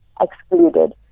excluded